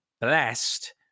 blessed